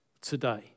today